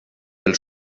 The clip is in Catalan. els